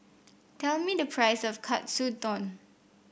tell me the price of Katsudon